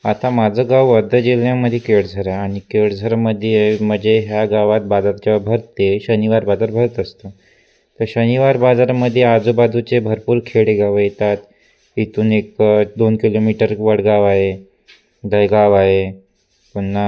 आता माझं गाव वर्धा जिल्ह्यामध्ये केळझर आहे आणि केळझरमध्ये म्हणजे ह्या गावात बाजार जेव्हा भरतो शनिवार बाजार भरत असतो तर शनिवार बाजारामध्ये आजूबाजूची भरपूर खेडेगावं येतात इथून एक दोन किलोमीटर वडगाव आहे दहिगाव आहे पुन्हा